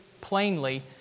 plainly